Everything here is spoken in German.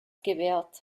gewährt